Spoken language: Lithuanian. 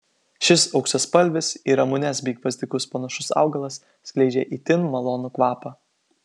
šis auksaspalvis į ramunes bei gvazdikus panašus augalas skleidžia itin malonų kvapą